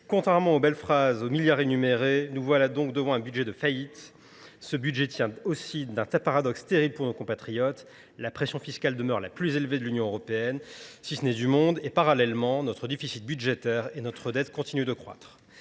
Contrairement aux belles phrases aux milliards énumérés, nous voilà donc devant un budget de faillite. Ce budget tient aussi d'un paradoxe terrible pour nos compatriotes. La pression fiscale demeure la plus élevée de l'Union européenne, si ce n'est du monde, et parallèlement, notre déficit budgétaire et notre dette continuent de croître.